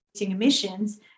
emissions